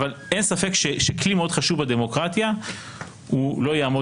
אבל אין ספק שכלי מאוד חשוב בדמוקרטיה לא יעמוד